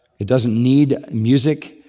it doesn't need music,